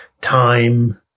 time